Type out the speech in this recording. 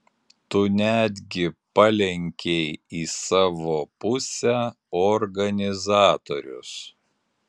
tu netgi palenkei į savo pusę organizatorius